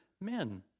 men